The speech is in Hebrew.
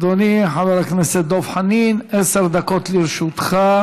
אדוני חבר הכנסת דב חנין, עשר דקות לרשותך.